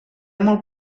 molt